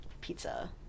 pizza